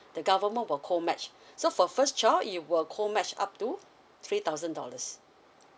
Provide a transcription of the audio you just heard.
the government will cold match so for first child it will cold match up to three thousand dollars